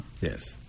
Yes